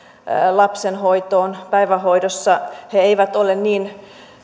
lapsen kokopäiväiseen hoitoon päivähoidossa eivät ole niin